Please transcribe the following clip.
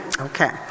Okay